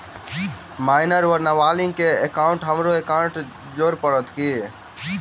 Minor वा नबालिग केँ एकाउंटमे हमरो एकाउन्ट जोड़य पड़त की?